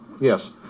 Yes